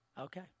Okay